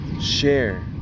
share